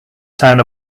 town